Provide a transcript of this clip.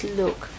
look